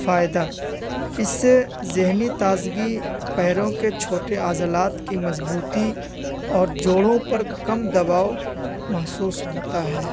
فائدہ اس سے ذہنی تازگی پیروں کے چھوٹے آلات کی مضبوطی اور جوڑوں پر کم دباؤ محسوس ہوتا ہے